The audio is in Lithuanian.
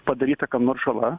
padaryta kam nors žala